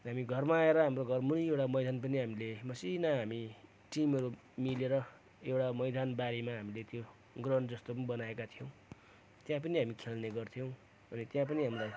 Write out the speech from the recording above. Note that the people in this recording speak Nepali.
हामी घरमा आएर हाम्रो घरमुनि एउटा मैदान पनि हामीले मसिना हामी टिमहरू मिलेर एउटा मैदान बारीमा हामीले त्यो ग्राउन्ड जस्तो पनि बनाएका थियौँ त्यहाँ पनि हामी खेल्ने गर्थ्यौँ त्यहाँ पनि हामीलाई